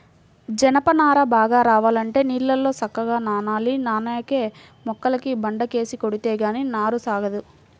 జనప నార బాగా రావాలంటే నీళ్ళల్లో సక్కంగా నానాలి, నానేక మొక్కల్ని బండకేసి కొడితే గానీ నార సాగదు